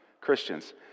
Christians